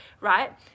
right